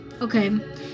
Okay